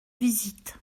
visite